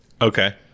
Okay